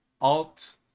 alt